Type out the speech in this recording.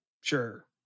Sure